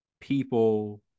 people